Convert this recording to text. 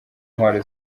intwaro